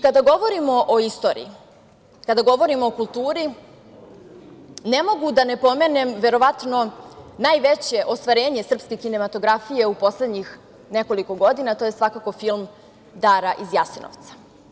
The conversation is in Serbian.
Kada govorimo o istoriji, kada govorimo o kulturi, ne mogu a da ne pomenem verovatno najveće ostvarenje srpske kinematografije u poslednjih nekoliko godina, a to je svakako film „Dara iz Jasenovca“